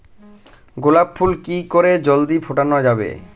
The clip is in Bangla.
গোলাপ ফুল কি করে জলদি ফোটানো যাবে?